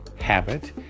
habit